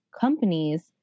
companies